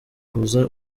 uhuza